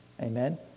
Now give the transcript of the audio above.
Amen